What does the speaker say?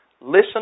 Listen